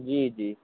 جی جی